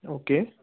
okay